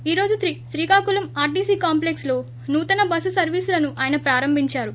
ఈ రోజు Srikakulam RTC complex లో నూతన బస్సు సర్వసులను ఆయన ప్రారంభిందారు